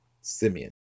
Simeon